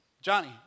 Johnny